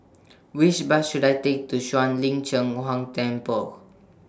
Which Bus should I Take to Shuang Lin Cheng Huang Temple